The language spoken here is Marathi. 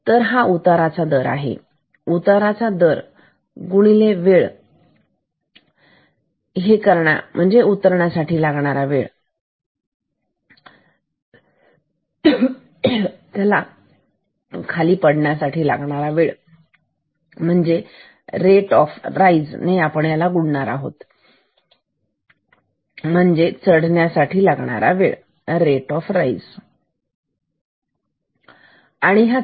तर हा उताराचा दर आहे उताराचा दर गुणिले वेळ उतरण्यासाठी लागणारी वेळ हा चढण्यासाठी लागणारा वेळ म्हणजे रेट ऑफ राईस गुणिले त्यासाठी लागणारा वेळ म्हणजेच चढण्यासाठी लागणारा पूर्णवेळ